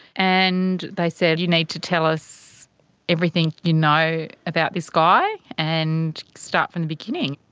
and they said, you need to tell us everything you know about this guy and start from the beginning.